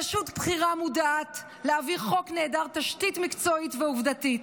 פשוט בחירה מודעת להעביר חוק נעדר תשתית מקצועית ועובדתית.